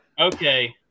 okay